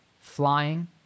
flying